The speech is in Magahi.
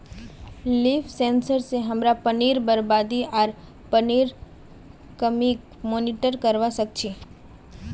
लीफ सेंसर स हमरा पानीर बरबादी आर पानीर कमीक मॉनिटर करवा सक छी